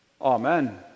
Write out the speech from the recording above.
Amen